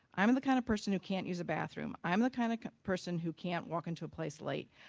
i'm and the kind of person who can't use a bathroom, i'm the kind of person who can't walk into a place late,